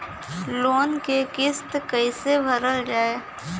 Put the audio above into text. Loan क किस्त कैसे भरल जाए?